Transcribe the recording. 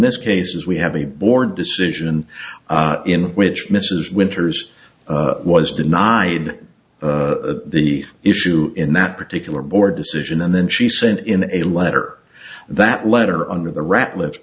this case is we have a board decision in which mrs winters was denied the issue in that particular board decision and then she sent in a letter that letter under the ratlif